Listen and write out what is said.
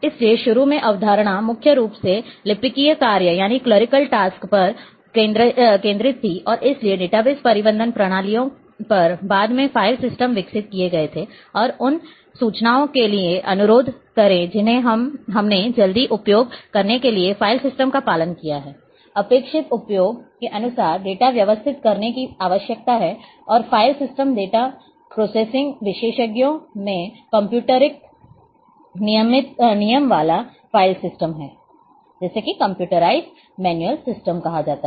इसलिए शुरू में अवधारणा मुख्य रूप से लिपिकीय कार्य पर केंद्रित थी और इसलिए डेटाबेस प्रबंधन प्रणालियों पर बाद में फ़ाइल सिस्टम विकसित किए गए थे और उन सूचनाओं के लिए अनुरोध करें जिन्हें हमने जल्दी उपयोग करने के लिए फाइल सिस्टम का पालन किया है अपेक्षित उपयोग के अनुसार डेटा व्यवस्थित करने की आवश्यकता है और फाइल सिस्टम डाटा प्रोसेसिंग विशेषज्ञों में कम्प्यूटरीकृत नियमावली file system computerized manual file system है